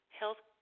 health